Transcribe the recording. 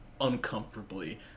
uncomfortably